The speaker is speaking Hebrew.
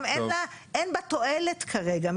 גם אין בה תועלת כרגע.